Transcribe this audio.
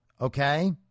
okay